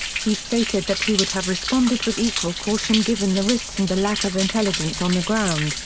he stated that he would have responded with equal caution given the risks and the lack of intelligence on the ground,